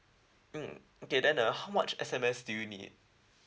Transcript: mm okay then uh how much S_M_S do you need